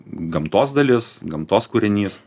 gamtos dalis gamtos kūrinys